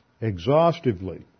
exhaustively